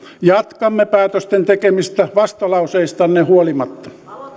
jatkamme päätösten tekemistä vastalauseistanne huolimatta